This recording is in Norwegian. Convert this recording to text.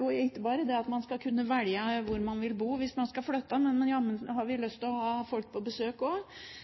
Og ikke bare skal man kunne velge hvor man vil bo hvis man skal flytte, men jammen har vi lyst til å ha folk på besøk også. Noen av oss har venner som sitter i rullestol, og